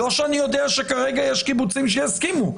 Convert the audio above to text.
לא שאני יודע שכרגע יש קיבוצים שיסכימו,